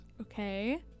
Okay